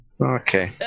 Okay